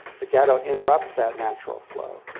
the ghetto interrupts that natural flow.